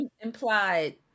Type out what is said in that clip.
implied